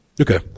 Okay